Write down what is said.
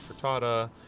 frittata